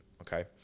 okay